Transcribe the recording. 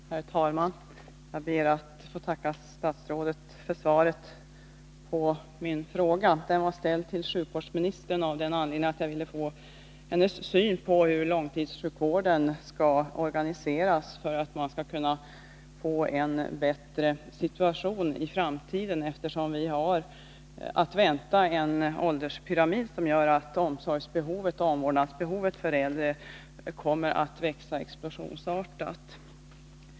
Herr talman! Jag ber att få tacka statsrådet för svaret på min fråga. Den var ställd till sjukvårdsministern av den anledningen att jag ville få hennes syn på hur långtidssjukvården skall organiseras för att man skall få en bättre situation i framtiden. Vi har ju att vänta en ålderspyramid som gör att behovet av omsorg om och omvårdnad av äldre kommer att växa explosionsartat.